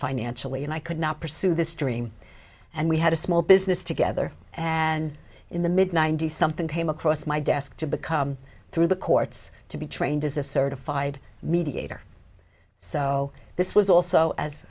financially and i could not pursue this dream and we had a small business together and in the mid ninety's something came across my desk to become through the courts to be trained as a certified mediator so this was also as